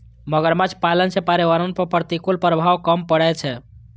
मगरमच्छ पालन सं पर्यावरण पर प्रतिकूल प्रभाव कम पड़ै छै